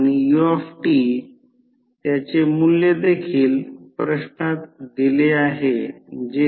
तर त्याला V1 2400V दिले आहे V2 400V दिले आहे I0 0